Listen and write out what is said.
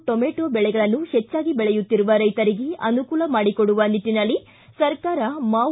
tomato ಬೆಳೆಗಳನ್ನು ಹೆಚ್ಚಾಗಿ ಬೆಳೆಯುತ್ತಿರುವ ರೈತರಿಗೆ ಅನುಕೂಲ ಮಾಡಿಕೊಡುವ ನಿಟ್ಟನಲ್ಲಿ ಸರ್ಕಾರ ಮಾವು